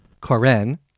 Koren